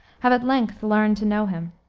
have at length learned to know him.